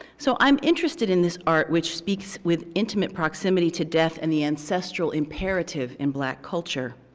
so i'm interested in this art, which speaks with intimate proximity to death and the ancestral imperative in black culture.